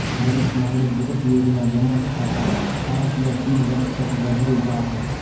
वरिष्ठ नागरिक बचत योजना जमा खाता पांच या तीन वर्ष तक बढ़ल जा हइ